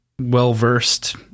well-versed